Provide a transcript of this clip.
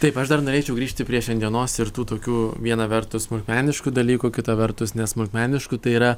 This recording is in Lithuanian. taip aš dar norėčiau grįžti prie šiandienos ir tų tokių viena vertus smulkmeniškų dalykų kita vertus nesmulkmeniškų tai yra